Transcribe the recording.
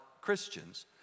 Christians